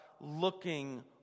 looking